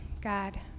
God